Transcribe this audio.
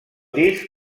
disc